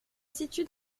situe